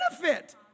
benefit